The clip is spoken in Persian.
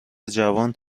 جوان